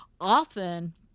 often